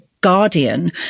guardian